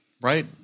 right